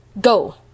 Go